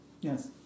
Yes